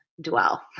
dwell